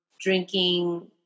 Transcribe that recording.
drinking